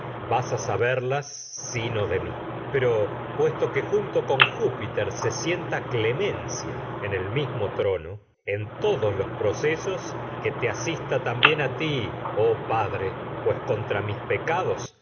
vas a saberlas se pero puesto en junto en júpiter los sienta clemencia que el mismo trono oh todos procesos te asista también a ti pa dre pues no contra mis es pecados